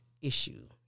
issue